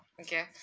okay